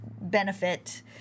benefit